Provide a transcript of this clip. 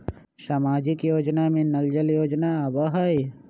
सामाजिक योजना में नल जल योजना आवहई?